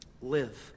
Live